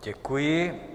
Děkuji.